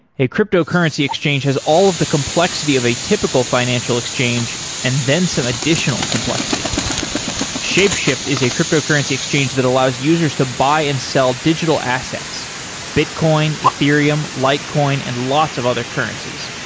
a cryptocurrency exchange has all of the complexity of a typical financial exchange and then some additional complexity shapeshift is a cryptocurrency exchange that allows users to buy and sell digital assets bitcoin, ethereum, like litecoin and lots of other currencies.